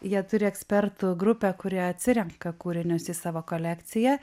jie turi ekspertų grupę kuri atsirenka kūrinius į savo kolekciją